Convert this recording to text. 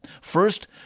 First